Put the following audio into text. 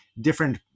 different